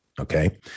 Okay